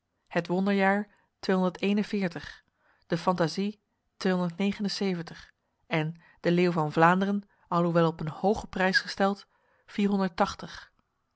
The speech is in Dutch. het wonderjaar de fantazij en de leeuw van vlaanderen alhoewel op een hoge prijs gesteld